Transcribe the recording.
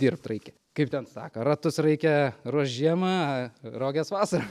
dirbt reikia kaip ten sako ratus reikia ruošt žiemą o roges vasarą